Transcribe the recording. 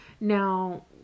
now